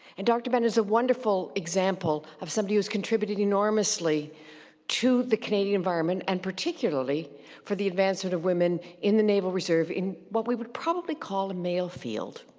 and dr. bennett is a wonderful example of somebody who's contributed enormously to the canadian environment, and particularly for the advancement of women in the naval reserve in what we would probably call a male field.